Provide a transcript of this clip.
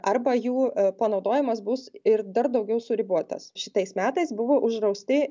arba jų panaudojimas bus ir dar daugiau suribotas šitais metais buvo uždrausti